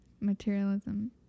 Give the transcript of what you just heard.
materialism